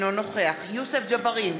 אינו נוכח יוסף ג'בארין,